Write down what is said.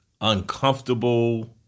uncomfortable